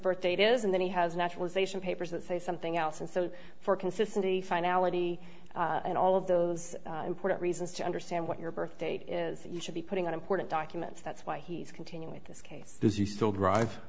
birth date is and then he has naturalization papers that say something else and so for consistency finality and all of those important reasons to understand what your birth date is you should be putting on important documents that's why he's continuing this case does you still drive